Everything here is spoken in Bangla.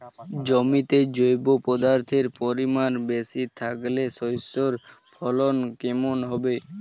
জমিতে জৈব পদার্থের পরিমাণ বেশি থাকলে শস্যর ফলন কেমন হবে?